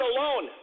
alone